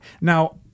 Now